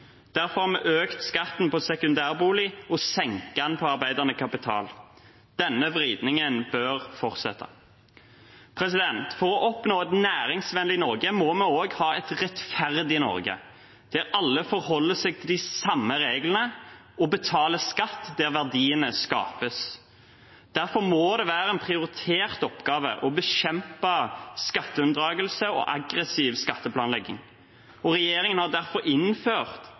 Derfor har vi økt skatten på sekundærbolig og senket den på arbeidende kapital. Denne vridningen bør fortsette. For å oppnå et næringsvennlig Norge må vi også ha et rettferdig Norge der alle forholder seg til de samme reglene og betaler skatt der verdiene skapes. Derfor må det være en prioritert oppgave å bekjempe skatteunndragelse og aggressiv skatteplanlegging. Regjeringen har derfor innført